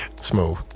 Smooth